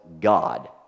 God